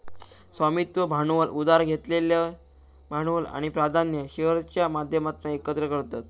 स्वामित्व भांडवल उधार घेतलेलं भांडवल आणि प्राधान्य शेअर्सच्या माध्यमातना एकत्र करतत